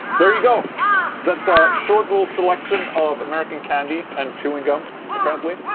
there you go that's a short little selection of american candy and chewing gum apparently